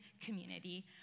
community